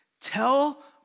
tell